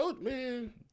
man